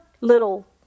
little